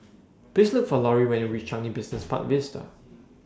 Please Look For Lori when YOU REACH Changi Business Park Vista